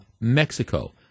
Mexico